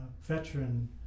veteran